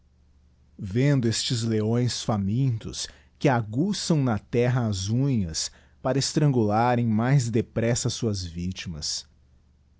vendo estes leões famintos que aguçam na terra as unhas para estrangularem mais depressa suas victimas